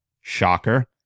Shocker